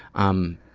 i'm,